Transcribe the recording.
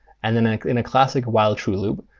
and then in a classic while-true loop,